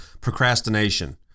procrastination